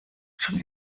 schon